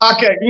Okay